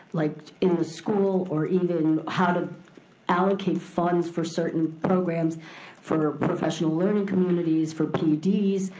like in the school or even how to allocate funds for certain programs for professional learning communities, for pds.